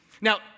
Now